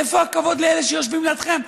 איפה הכבוד לאלה שיושבים לידכם,